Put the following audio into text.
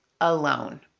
alone